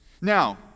Now